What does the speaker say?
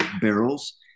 barrels